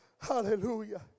Hallelujah